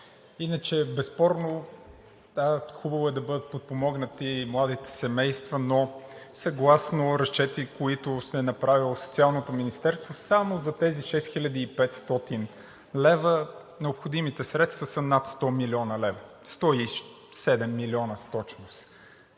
иначе безспорно хубаво е да бъдат подпомогнати и младите семейства, но съгласно разчети, които е направило Социалното министерство само за тези 6500 лв., необходимите средства са над 100 млн. лв. – 107 милиона, с точност,